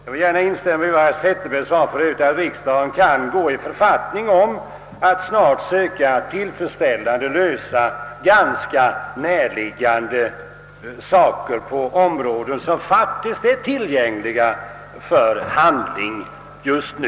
Jag instämmer gärna i herr Zetterbergs uttalande att riksdagen kan gå i författning om att snart söka tillfredsställande lösa ganska närliggande problem på områden som faktiskt är tillgängliga för handling just nu.